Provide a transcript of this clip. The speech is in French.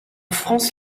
france